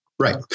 Right